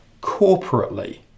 corporately